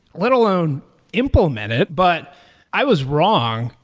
let alone implement it, but i was wrong,